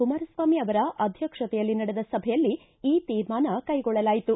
ಕುಮಾರಸ್ವಾಮಿ ಅವರ ಅಧ್ವಕ್ಷತೆಯಲ್ಲಿ ನಡೆದ ಸಭೆಯಲ್ಲಿ ಈ ತೀರ್ಮಾನ ಕೈಗೊಳ್ಳಲಾಯಿತು